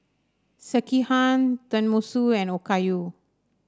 Sekihan Tenmusu and Okayu